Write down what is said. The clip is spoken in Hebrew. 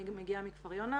אני מגיעה מכפר יונה,